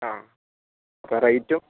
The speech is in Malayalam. ആ അപ്പം റേറ്റും